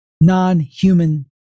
non-human